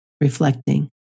Reflecting